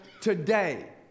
today